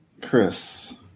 Chris